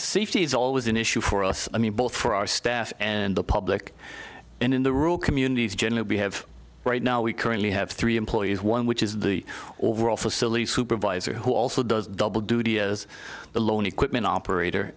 safety is always an issue for us i mean both for our staff and the public and in the rural communities generally we have right now we currently have three employees one which is the facility supervisor who also does double duty as the lone equipment operator